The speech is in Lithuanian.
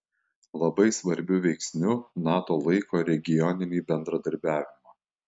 labai svarbiu veiksniu nato laiko regioninį bendradarbiavimą